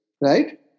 right